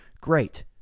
Great